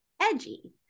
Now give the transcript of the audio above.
edgy